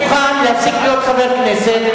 אני מוכן להפסיק להיות חבר כנסת,